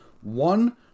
one